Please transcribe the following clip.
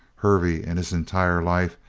hervey, in his entire life,